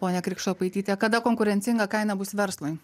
ponia krikštopaityte kada konkurencinga kaina bus verslui